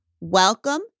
Welcome